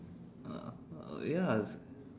ya